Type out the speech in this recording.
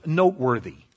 noteworthy